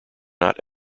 not